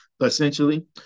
essentially